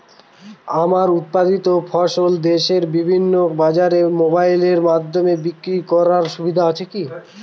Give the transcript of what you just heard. আমার উৎপাদিত ফসল দেশের বিভিন্ন বাজারে মোবাইলের মাধ্যমে বিক্রি করার সুবিধা আছে কি?